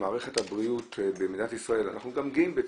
מערכת הבריאות במדינת ישראל, ואנחנו גם גאים בכך,